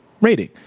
rating